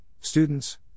students